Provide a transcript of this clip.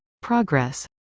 Progress